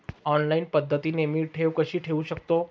Online पद्धतीने मी ठेव कशी ठेवू शकतो?